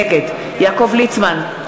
נגד יעקב ליצמן,